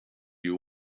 you